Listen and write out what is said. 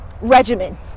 regimen